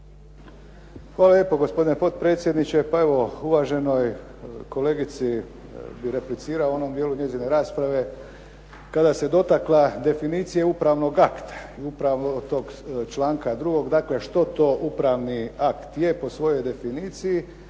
Hvala lijepo gospodine potpredsjedniče. Pa evo uvaženoj kolegici bi replicirao u onom dijelu njezine rasprave kada se dotakla definicije upravnog akta i upravnog tog članka 2. Dakle, što to upravni akt je po svojoj definiciji